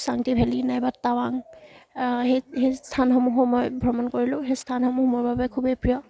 Sangti valley নাইবা টাৱাং সেই সেই স্থানসমূহ মই ভ্ৰমণ কৰিলোঁ সেই স্থানসমূহ মোৰ বাবে খুবেই প্ৰিয়